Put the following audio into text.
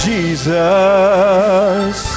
Jesus